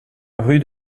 rue